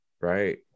right